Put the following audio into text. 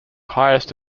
highest